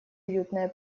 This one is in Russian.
уютное